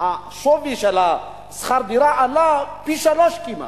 שכר הדירה עלה פי-שלושה כמעט.